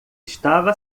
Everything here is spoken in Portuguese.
estava